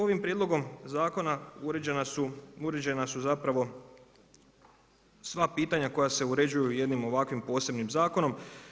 Ovim prijedlogom zakona uređena su zapravo sva pitanja koja se uređuju jednim ovakvim posebnim zakonom.